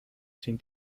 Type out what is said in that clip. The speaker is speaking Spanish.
sin